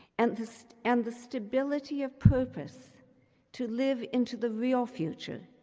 and the so and the stability of purpose to live into the real future,